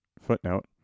footnote